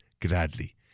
gladly